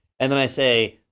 and then i say,